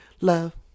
Love